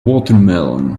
watermelon